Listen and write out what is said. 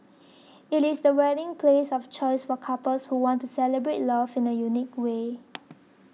it is the wedding place of choice for couples who want to celebrate love in a unique way